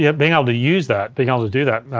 yeah being able to use that, being able to do that,